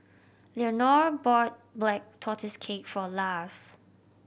Leonore bought Black Tortoise Cake for Lars